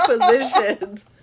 positions